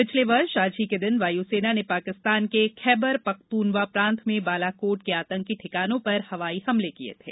पिछले वर्ष आज ही के दिन वायुसेना ने पाकिस्तान के खैबर पख्तूनवा प्रांत में बालाकोट के आतंकी ठिकानों पर हवाई हमले किये थे